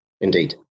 Indeed